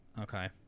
Okay